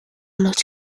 los